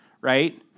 right